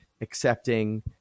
accepting